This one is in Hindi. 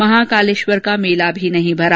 महाकालेश्वर का मेला भी नहीं भरा